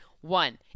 One